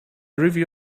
review